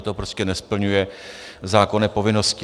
To prostě nesplňuje zákonné povinnosti.